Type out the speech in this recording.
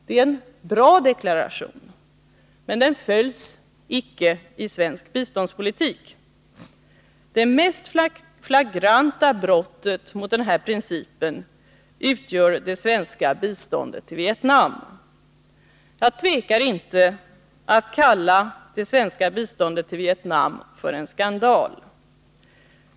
Det är en bra deklaration, men den följs icke i svensk biståndspolitik. Det mest flagranta brottet mot den här principen utgör det svenska biståndet till Vietnam. Jag tvekar inte att kalla det svenska biståndet till Vietnam för en skandal.